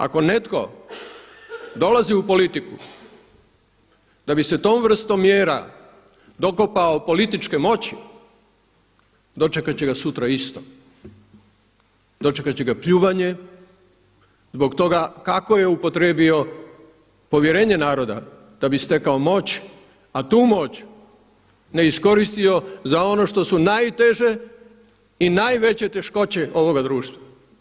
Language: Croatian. Ako netko dolazi u politiku da bi se tom vrstom mjera dokopao političke moći dočekati će ga sutra isto, dočekati će ga pljuvanje zbog toga kako je upotrijebio povjerenje naroda da bi stekao moć a tu moć ne iskoristio za ono što su najteže i najveće teškoće ovoga društva.